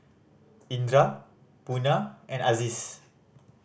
Indra Munah and Aziz